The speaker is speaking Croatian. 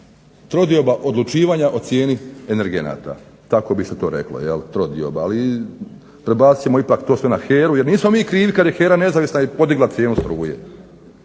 trodioba odlučivanja o cijeni energenata, tako bi se to reklo, trodioba ali prebacit ćemo ipak to sve na HERA-u jer nismo mi krivi kad je HERA nezavisna i podigla cijenu struje.